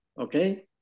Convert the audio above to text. okay